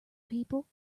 people